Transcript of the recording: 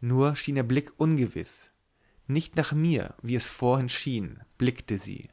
nur schien ihr blick ungewiß nicht nach mir wie es vorhin schien blickte sie